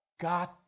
God